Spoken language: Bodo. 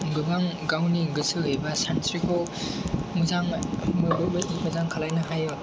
गोबां गावनि गोसो एबा सानस्रिखौ मोजां माबाबायदि मोजांखालामनो हायो